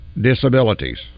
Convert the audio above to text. disabilities